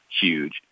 huge